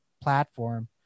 platform